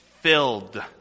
filled